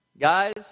guys